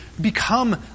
become